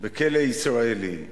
בכלא ישראלי,